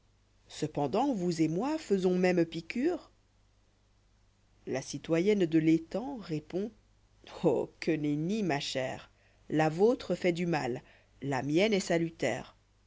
cependant vous et moi faisons même piqûre la citoyenne de l'étang répond oh que nenni ma chèrej la vôtre fait du mal la mienne est salutaire